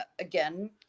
Again